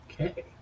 okay